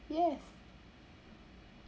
yes